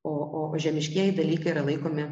o o žemiškieji dalykai yra laikomi